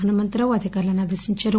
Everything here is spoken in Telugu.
హనుమంతరావు అధికారులను ఆదేశించారు